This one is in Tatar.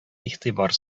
игътибар